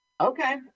okay